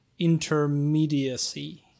intermediacy